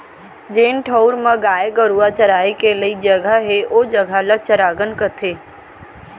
जेन ठउर म गाय गरूवा चराय के लइक जघा हे ओ जघा ल चरागन कथें